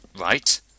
Right